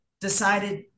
decided